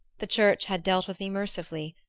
the church had dealt with me mercifully,